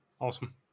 Awesome